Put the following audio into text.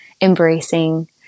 embracing